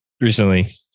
Recently